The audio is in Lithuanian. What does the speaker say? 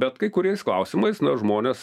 bet kai kuriais klausimais na žmonės